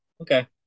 Okay